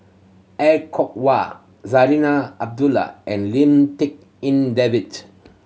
Er Kwong Wah Zarinah Abdullah and Lim Tik En David